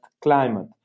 climate